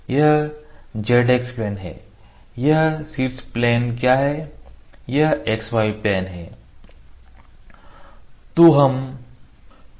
यह z x plane है यह शीर्ष प्लेन क्या है यह x y प्लेन है